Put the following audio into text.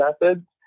methods